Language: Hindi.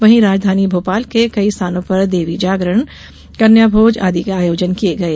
वहीं राजधानी भोपाल के कई स्थानों पर देवी जागरण कन्या भोज आदि के आयोजन किये गये